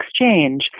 exchange